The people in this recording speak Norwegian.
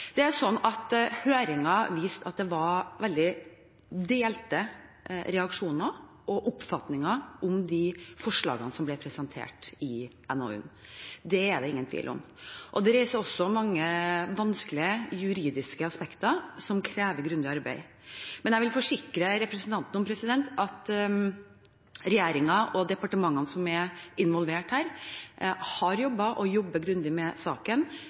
viste at det var veldig delte reaksjoner på og oppfatninger om de forslagene som ble presentert i NOU-en – det er det ingen tvil om. Det reiser også mange vanskelige juridiske aspekter, som krever grundig arbeid. Men jeg vil forsikre representanten om at regjeringen og departementene som er involvert, har jobbet – og jobber – grundig med saken.